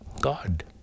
god